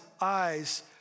eyes